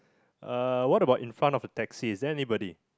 uh what about in front of the taxi is there anybody